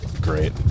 Great